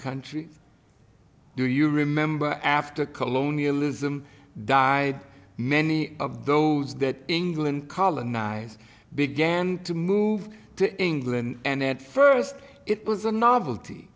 country do you remember after colonialism died many of those that england colonize began to move to england and at first it was a novelty